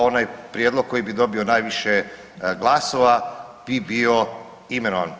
Onaj prijedlog koji bi dobio najviše glasova bi bio imenovan.